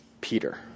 Peter